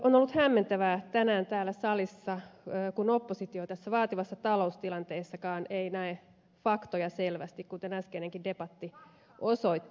on ollut hämmentävää tänään täällä salissa kun oppositio tässä vaativassa taloustilanteessakaan ei näe faktoja selvästi kuten äskeinenkin debatti osoitti